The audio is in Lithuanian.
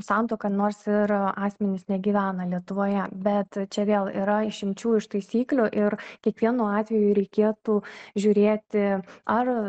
santuoką nors ir asmenys negyvena lietuvoje bet čia vėl yra išimčių iš taisyklių ir kiekvienu atveju reikėtų žiūrėti ar